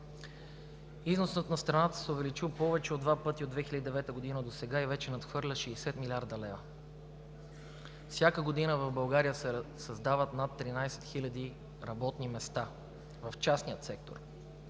Износът на страната се е увеличил повече от два пъти от 2009 г. досега и вече надхвърля 60 млрд. лв. Всяка година в България се създават над 13 000 работни места в частния сектор.